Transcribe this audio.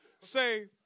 say